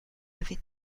avait